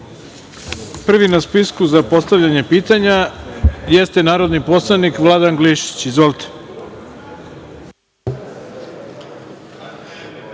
na spisku za postavljanje pitanja jeste narodni poslanik Vladan Glišić. Izvolite.